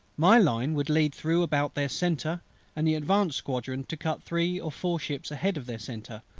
my line would lead through about their centre and the advanced squadron to cut three or four ships ahead of their centre,